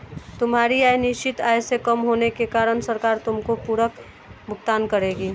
तुम्हारी आय निश्चित आय से कम होने के कारण सरकार तुमको पूरक भुगतान करेगी